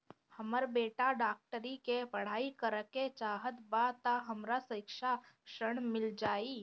हमर बेटा डाक्टरी के पढ़ाई करेके चाहत बा त हमरा शिक्षा ऋण मिल जाई?